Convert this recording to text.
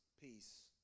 peace